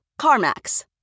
CarMax